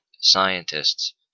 scientists